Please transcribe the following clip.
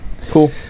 Cool